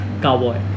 Cowboy